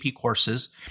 courses